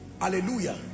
Hallelujah